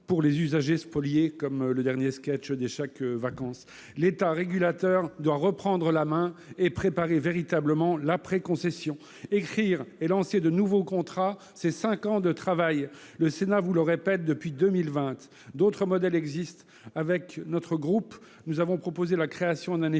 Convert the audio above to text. pour les usagers spoliés, comme le dernier sketch des chèques-vacances l'a montré. L'État régulateur doit reprendre la main et préparer véritablement l'après-concessions ! Écrire et lancer de nouveaux contrats, c'est cinq ans de travail. Le Sénat vous le répète depuis 2020 : d'autres modèles existent. Notre groupe a proposé la création d'un établissement